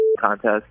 contest